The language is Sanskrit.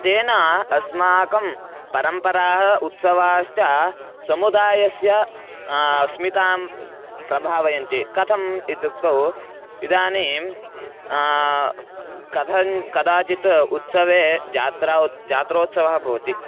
तेन अस्माकं परम्पराः उत्सवाश्च समुदायस्य अस्मितां प्रभावयन्ति कथम् इत्युक्तौ इदानीं कथं कदाचित् उत्सवे जात्रा उत जात्रोत्सवः भवति